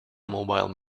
mobile